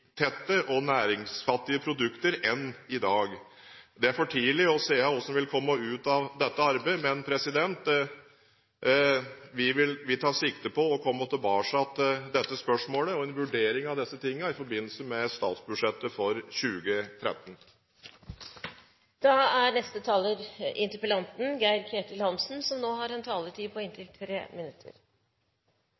og næringsfattige produkter enn i dag. Det er for tidlig å si hva som vil komme ut av dette arbeidet, men vi tar sikte på å komme tilbake til dette spørsmålet og til en vurdering av disse tingene i forbindelse med statsbudsjettet for 2013. Jeg takker statsråden for svaret og oppfatter svaret som positivt. Her blir annonsert at man vurderer ulike avgifter og å se på